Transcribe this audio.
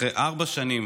אחרי ארבע שנים,